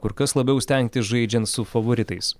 kur kas labiau stengtis žaidžiant su favoritais